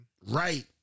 right